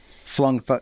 flung